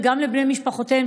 וגם לבני משפחותיהם,